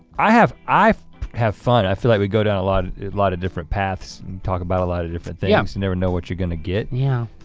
i have i have fun, i feel like we go down a lot of lot of different paths, talk about a lot of different yeah. um so never know what you're gonna get. yeah.